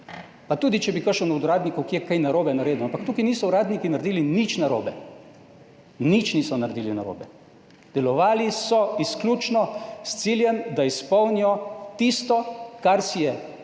pa tudi če bi kakšen od uradnikov kje kaj narobe naredil, ampak tukaj niso uradniki naredili nič narobe. Nič niso naredili narobe, delovali so izključno s ciljem, da izpolnijo tisto, kar si je bivša